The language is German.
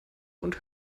und